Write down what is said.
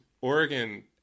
oregon